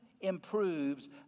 improves